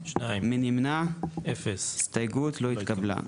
2 נמנעים, 0 ההסתייגות לא התקבלה.